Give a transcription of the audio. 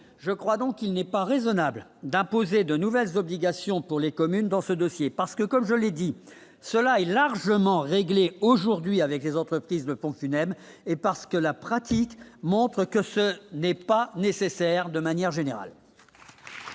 je crois, donc il n'est pas raisonnable d'imposer de nouvelles obligations pour les communes dans ce dossier, parce que comme je l'ai dit, cela est largement réglé aujourd'hui avec les entreprises ne pompes funèbres et parce que la pratique montre que ce n'est pas nécessaire de manière générale.